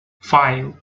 five